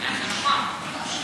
זה נכון.